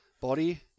body